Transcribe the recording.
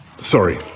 sorry